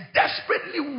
desperately